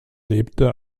lebte